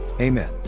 Amen